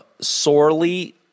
sorely